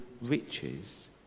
riches